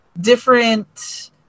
different